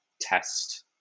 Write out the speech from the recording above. test